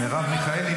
מרב מיכאלי,